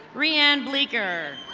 brianne bleager.